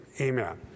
amen